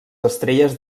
estrelles